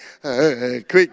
Quick